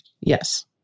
yes